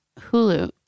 Hulu